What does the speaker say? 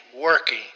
working